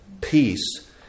peace